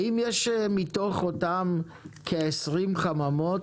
האם מתוך אותן 20 חממות,